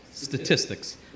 statistics